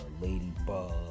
Ladybug